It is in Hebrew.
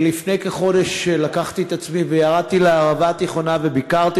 לפני כחודש לקחתי את עצמי וירדתי לערבה התיכונה וביקרתי